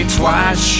twice